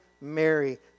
Mary